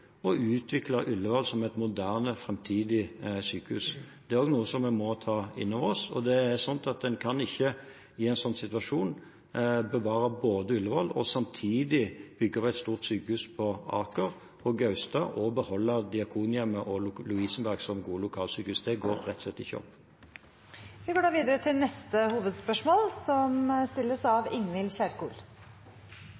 utvikle Ullevål som et moderne, framtidig sykehus. Det er også noe vi må ta innover oss. En kan ikke i en sånn situasjon bevare Ullevål og samtidig bygge opp et stort sykehus på Aker, på Gaustad og beholde Diakonhjemmet og Lovisenberg som gode lokalsykehus. Det går rett og slett ikke opp. Vi går videre til neste hovedspørsmål.